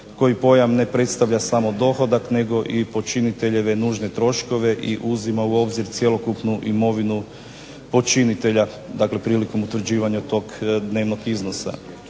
koji pojam ne predstavlja samo dohodak nego i počiniteljeve nužne troškove i uzima u obzir cjelokupnu imovinu počinitelja prilikom utvrđivanja dnevnog iznosa.